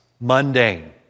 mundane